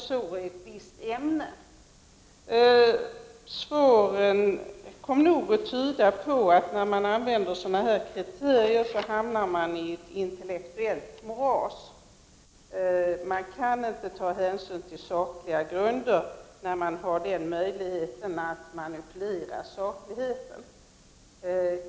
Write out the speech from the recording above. Svaren på dessa frågor kommer nog att tyda på att när man använder sig av dessa kriterier hamnar man i ett intellektuellt moras. Det går inte att ta hänsyn till sakliga grunder när möjligheten finns att manipulera sakligheten.